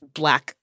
black